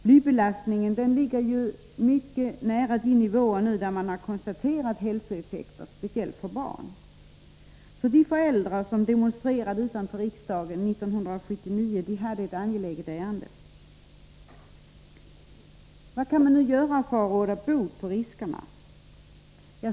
Blybelastningen ligger nu mycket nära de nivåer där man konstaterat hälsoeffekter, speciellt för barn, så de föräldrar som demonstrerade utanför riksdagshuset 1979 hade ett angeläget ärende. Vad kan man då göra för att råda bot på riskerna?